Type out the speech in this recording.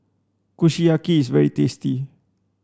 Kushiyaki is very tasty